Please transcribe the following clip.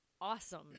awesome